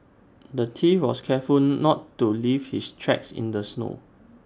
the thief was careful not to leave his tracks in the snow